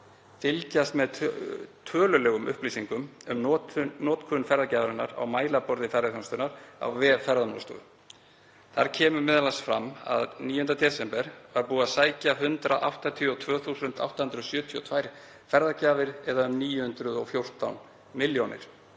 fylgjast með tölulegum upplýsingum um notkun ferðagjafarinnar á Mælaborði ferðaþjónustunnar á vef Ferðamálastofu. Þar kemur m.a. fram að 9. desember var búið að sækja 182.872 ferðagjafir eða um 914 millj. kr.